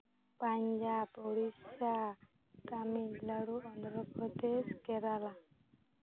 Punjab Odisha Tamil Nadu Andhra Pradesh Kerala